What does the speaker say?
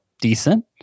decent